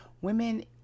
women